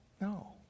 No